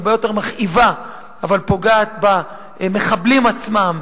הרבה יותר מכאיבה אבל פוגעת במחבלים עצמם,